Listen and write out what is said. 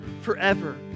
forever